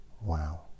wow